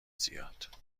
زیاد